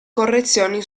correzioni